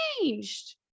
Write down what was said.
changed